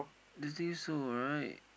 don't think so right